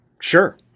Sure